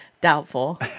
Doubtful